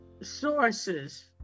sources